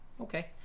Okay